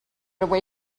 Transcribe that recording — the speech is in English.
away